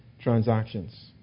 transactions